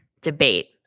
debate